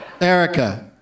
Erica